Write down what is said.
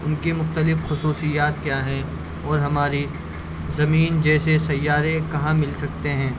ان کی مختلف خصوصیات کیا ہیں اور ہماری زمین جیسے سیارے کہاں مل سکتے ہیں